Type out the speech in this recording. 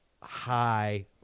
high